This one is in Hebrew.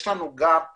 יש גם פרויקט,